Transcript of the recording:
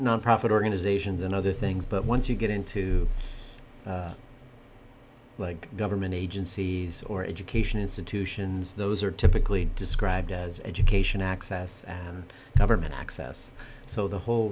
nonprofit organizations and other things but once you get into government agencies or education institutions those are typically described as education access and government access so the whole